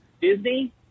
disney